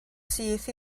syth